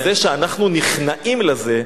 אבל זה שאנחנו נכנעים לזה,